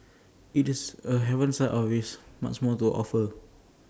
IT is A haven inside or with much more to offer